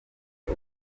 uko